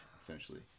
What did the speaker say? essentially